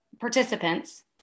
participants